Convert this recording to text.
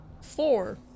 Four